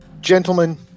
Gentlemen